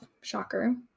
Shocker